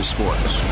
Sports